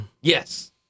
Yes